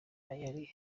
yari